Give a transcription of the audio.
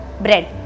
bread